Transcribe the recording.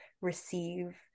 receive